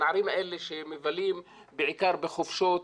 הנערים האלה שמבלים בעיקר בחופשות,